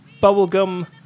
bubblegum